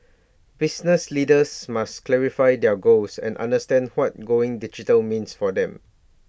business leaders must clarify their goals and understand what going digital means for them